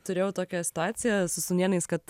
turėjau tokią situaciją su sūnėnais kad